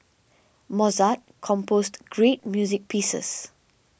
Mozart composed great music pieces